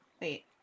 Wait